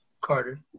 Carter